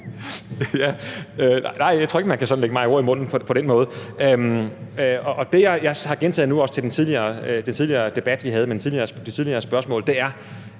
Nej, jeg tror ikke, man sådan kan lægge mig ord i munden på den måde. Det, jeg har gentaget, nu også i den tidligere debat, vi havde under de tidligere spørgsmål, er,